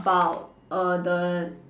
about err the